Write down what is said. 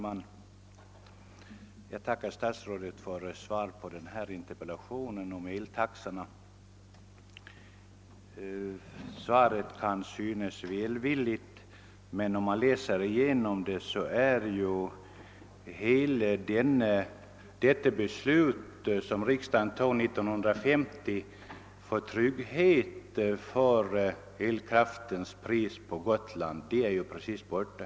Herr talman! Jag tackar för svaret på min interpellation om eltaxorna. Svaret kan synas välvilligt, men om man läser igenom det finner man att det beslut som riksdagen fattade 1950 om trygghet för elkraftspriset på Gotland är helt borta.